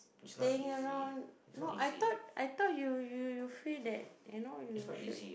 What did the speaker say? staying around no I thought I thought you you you free that you know you should